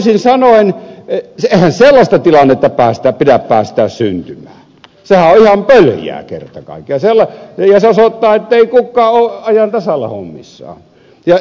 elikkä siis toisin sanoen eihän sellaista tilannetta pidä päästää syntymään sehän on ihan pöljää kerta kaikkiaan ja se osoittaa ettei kukaan ole ajan tasalla hommissaan